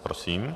Prosím.